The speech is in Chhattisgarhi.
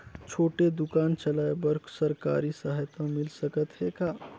छोटे दुकान चलाय बर सरकारी सहायता मिल सकत हे का?